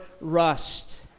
rust